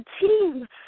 team